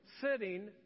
sitting